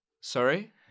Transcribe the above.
Sorry